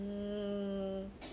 um